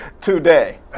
Today